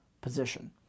position